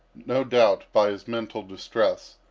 no doubt, by his mental distress.